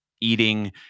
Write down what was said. eating